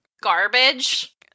garbage